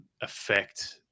affect